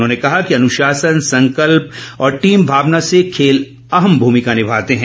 उन्होंने कहा कि अनुशासन संकल्प और टीम भावना में खेल अहम भूमिका निभाते हैं